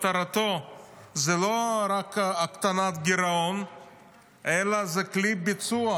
מטרתו זה לא רק הקטנת הגירעון אלא זה כלי ביצוע,